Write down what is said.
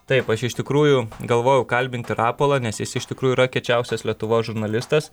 taip aš iš tikrųjų galvojau kalbinti rapolą nes jis iš tikrųjų yra kiečiausias lietuvos žurnalistas